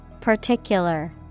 Particular